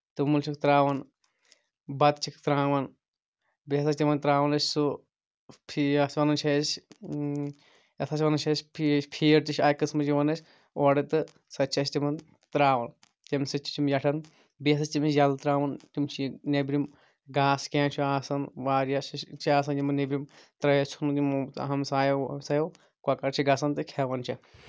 توٚمُل چھِکھ تراوان بَتہٕ چھِکھ تراوان بیٚیہِ ہسا چھِ تِمن تراوان أسۍ سُہ فیی یَتھ وَنان چھِ أسۍ یَتھ ہسا وَنان چھِ أسۍ فیٖڈ تہِ چھُ اَکہِ قٔسمٕچ یِون أسۍ اوڈٕ تہٕ سۄ تہِ چھِ أسۍ تِمن تراوان تَمہِ سۭتۍ تہِ چھِ تِم ویٹھان بیٚیہِ حظ چھِ تِم ییٚلہِ تراوان تِم چھِ نٮ۪برِم گاسہٕ کینٛہہ چھُ آسان واریاہ سُہ تہِ چھُ آسان نٮ۪برِم ترٲوِتھ ژھنمُت یِمو ہمسایو ومسایو کوٚکر چھِ گژھان تہٕ کھٮ۪وان چھِ